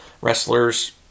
Wrestlers